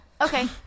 Okay